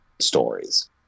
stories